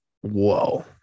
whoa